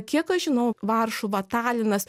kiek aš žinau varšuva talinas